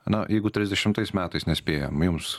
na jeigu trisdešimtais metais nespėjam jums